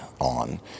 on